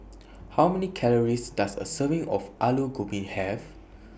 How Many Calories Does A Serving of Alu Gobi Have